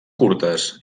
curtes